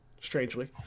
Strangely